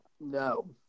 No